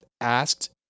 asked